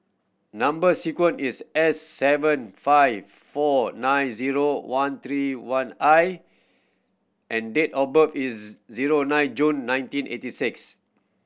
number sequence is S seven five four nine zero one three one I and date of birth is zero nine June nineteen eighty six